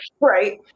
Right